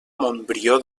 montbrió